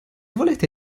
volete